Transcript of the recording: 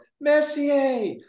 Messier